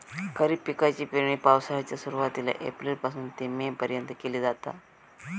खरीप पिकाची पेरणी पावसाळ्याच्या सुरुवातीला एप्रिल पासून ते मे पर्यंत केली जाता